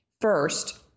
First